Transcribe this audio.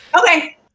Okay